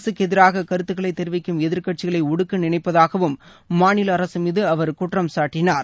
அரசுக்கு எதிராக கருத்துக்களை தெரிவிக்கும் எதிர்க்கட்சிகளை ஒடுக்க நினைப்பதாகவும் மாநில அரசு மீது அவர் குற்றம் சாட்டினார்